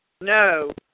No